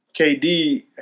KD